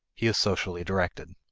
he is socially directed.